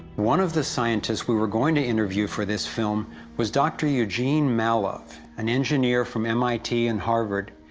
one of the scientists we were going to interview for this film was dr. eugene mallove, an engineer from mit and harvard,